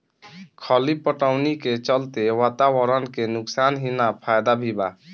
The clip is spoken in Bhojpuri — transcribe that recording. खली पटवनी के चलते वातावरण के नुकसान ही ना फायदा भी बा